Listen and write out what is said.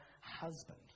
husband